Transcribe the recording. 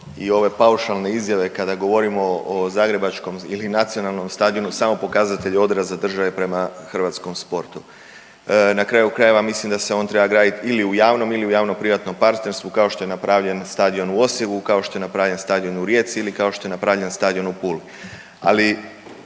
i ove paušalne izjave kada govorimo o zagrebačkom ili nacionalnom stadionu samo pokazatelj odraza države prema hrvatskom sportu. Na kraju krajeva ja mislim da se on treba graditi ili u javnom ili u javno-privatnom partnerstvu kao što je napravljen stadion u Rijeci ili kao što je napravljen stadion u Puli.